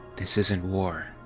this isn't war,